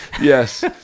Yes